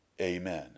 amen